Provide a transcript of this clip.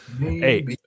Hey